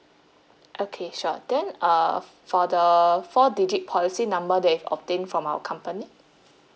okay sure then uh for the four digit policy number that you've obtained from our company